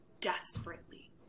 desperately